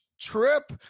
trip